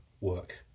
work